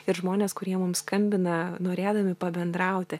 ir žmones kurie mums skambina norėdami pabendrauti